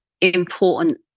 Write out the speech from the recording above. important